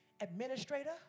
Administrator